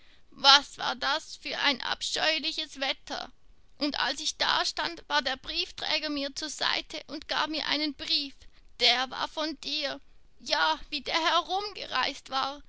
was war das für ein abscheuliches wetter und als ich dastand war der briefträger mir zur seite und gab mir einen brief der war von dir ja wie der herumgereist war